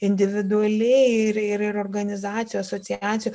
individualiai ir ir organizacijų asociacijų